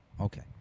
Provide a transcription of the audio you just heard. okay